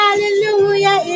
Hallelujah